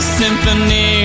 symphony